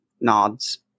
nods